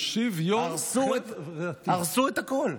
הרסו את הכול.